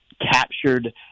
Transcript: captured